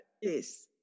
Yes